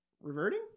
reverting